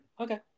okay